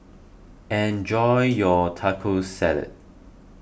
enjoy your Taco Salad